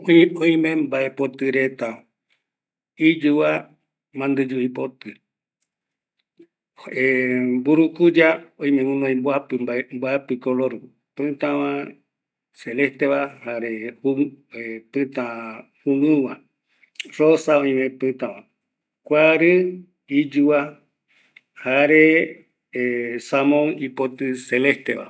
Oime mbapotɨ reta, iyuva mandɨyu ipotɨ, e mburukuya oime guinoi mboapi color, pɨtava, celesteva, jare pɨta juguiuva, rosa oime pɨtava, kuari iyuva, jare samou ipotɨ seleste va